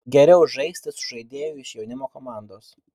geriau žaisti su žaidėju iš jaunimo komandos